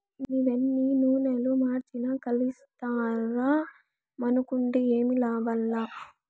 నీవెన్ని నూనలు మార్చినా కల్తీసారా మానుకుంటే ఏమి లాభంలా